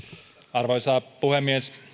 arvoisa puhemies